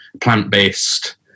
plant-based